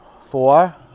four